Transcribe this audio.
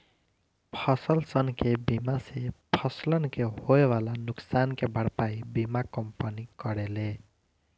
फसलसन के बीमा से फसलन के होए वाला नुकसान के भरपाई बीमा कंपनी करेले